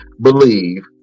believe